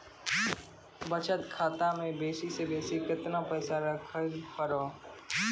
बचत खाता म बेसी से बेसी केतना पैसा रखैल पारों?